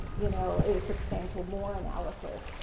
you know, a substantial more analysis.